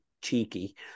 cheeky